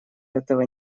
этого